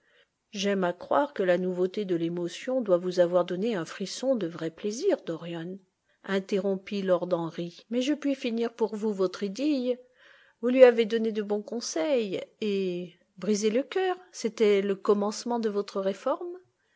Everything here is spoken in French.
j'aime à croire que la nouveauté de l'émotion doit vous avoir donné un frisson de vrai plaisir dorian interrompit lord henry mais je puis finir pour vous votre idylle vous lui avez donné de bons conseils et brisé le cœur c'était le commencement de votre réforme